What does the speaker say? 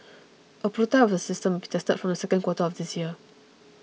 a prototype of the system will be tested from the second quarter of this year